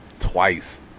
twice